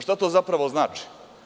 Šta to zapravo znači?